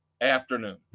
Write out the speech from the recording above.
afternoon